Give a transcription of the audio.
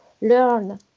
learn